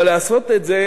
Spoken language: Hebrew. אבל לעשות את זה